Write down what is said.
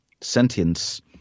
sentience